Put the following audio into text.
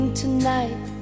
tonight